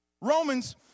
Romans